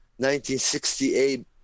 1968